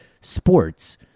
sports